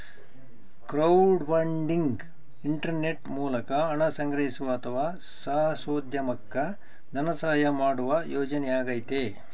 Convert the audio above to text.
crowdfunding internet ಮೂಲಕ ಹಣ ಸಂಗ್ರಹಿಸುವ ಅಥವಾ ಸಾಹಸೋದ್ಯಮುಕ್ಕ ಧನಸಹಾಯ ಮಾಡುವ ಯೋಜನೆಯಾಗೈತಿ